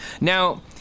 Now